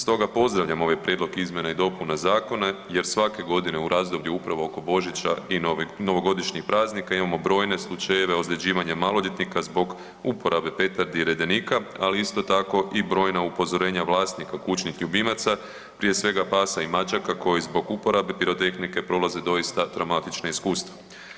Stoga pozdravljam ovaj prijedlog izmjena i dopuna zakona jer svake godine u razdoblju upravo oko Božića i novogodišnjih praznika imamo brojne slučajeve ozljeđivanja maloljetnika zbog uporabe petardi i redenika, ali isto tako i brojna upozorenja vlasnika kućnih ljubimaca, prije svega pasa i mačaka koji zbog uporabe pirotehnike prolaze doista traumatična iskustva.